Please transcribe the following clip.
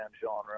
genre